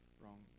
wrong